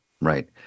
right